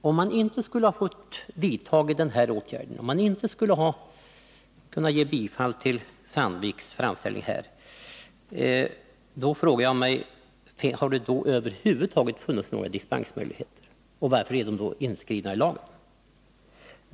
Om man inte här skulle ha kunnat ge bifall till Sandviks framställning, frågar jag mig om det över huvud taget finns någon dispensmöjlighet. Och varför är då en dispensmöjlighet inskriven i lagen?